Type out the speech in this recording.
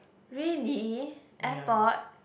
really airport